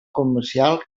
comercial